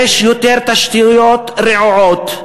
יש יותר תשתיות רעועות,